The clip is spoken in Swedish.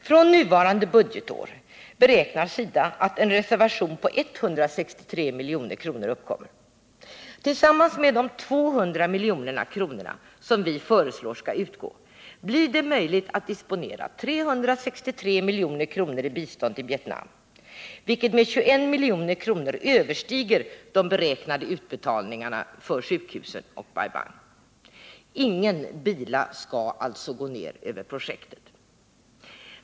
Från nuvarande budgetår beräknar SIDA att en reservation på 163 milj.kr. uppkommer. Tillsammans med de 200 milj.kr. som vi föreslår skall utgå blir det möjligt att disponera 363 milj.kr. i bistånd till Vietnam, vilket med 21 milj.kr. överstiger de beräknade utbetalningarna för sjukhusen och Bai Bang. Ingen bila skall alltså gå ner över projekten.